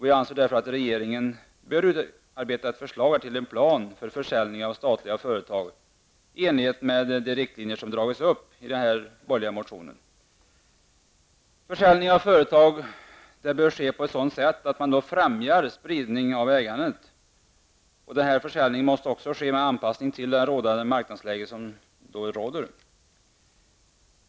Vi anser därför att regeringen bör utarbeta ett förslag till en plan för försäljning av statliga företag i enlighet med de riktlinjer som har dragits upp i den borgerliga motionen. Försäljning av företag bör ske på ett sådant sätt att man främjar spridning av ägandet. Denna försäljning måste också ske med anpassning till rådande marknadsläge.